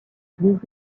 église